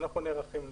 אנחנו נערכים לזה.